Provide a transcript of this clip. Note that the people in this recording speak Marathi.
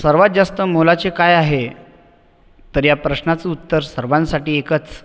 सर्वात जास्त मोलाचे काय आहे तर या प्रश्नाचं उत्तर सर्वांसाठी एकच